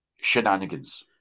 shenanigans